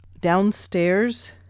Downstairs